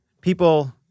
people